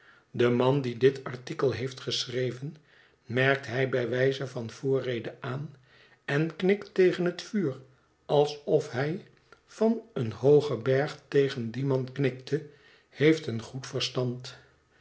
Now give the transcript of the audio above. de man die dit artikel heeft geschreven merkt hij bij wijze van voorrede aan en knikt tegen het vuur alsof hij van een hoogen berg tegen dien man knikte heeft een goed verstand